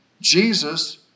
Jesus